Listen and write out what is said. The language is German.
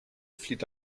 flieht